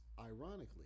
Ironically